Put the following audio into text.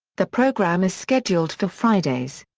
the program is scheduled for fridays.